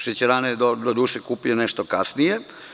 Šećerane je, doduše, kupio nešto kasnije.